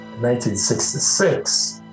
1966